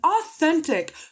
authentic